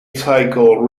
cycle